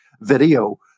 video